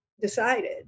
decided